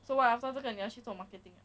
so what after 这个你要去做 marketing ah